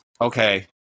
okay